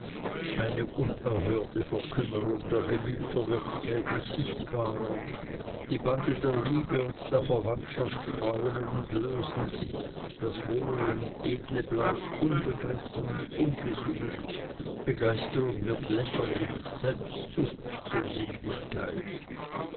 eine unerhörte verkümmerung der gemüter wird täglich sichtbarer die bande der liebe und der verwandtschaft faulen und lösen sich das hohe und edle bleibt unbegriffen ungesucht begeisterung wird lächerlich selbstsucht zur sittlichkeit